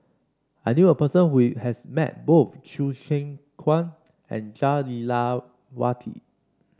I knew a person who has met both Chew Kheng Chuan and Jah Lelawati